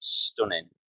stunning